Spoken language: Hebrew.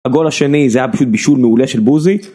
הגול השני זה היה פשוט בישול מעולה של בוזי